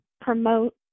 promote